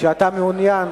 שאתה מעוניין